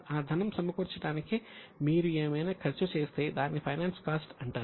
ఆ ధనం సమకూర్చడానికి మీరు ఏమైనా ఖర్చు చేస్తే దాన్ని ఫైనాన్స్ కాస్ట్ అంటారు